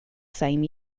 same